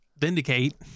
Vindicate